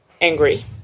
angry